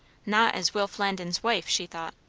not as will flandin's wife, she thought!